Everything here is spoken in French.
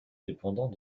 dépendant